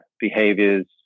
behaviors